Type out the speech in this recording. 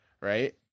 right